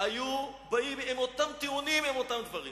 היו באים עם אותם טיעונים ואותם דברים.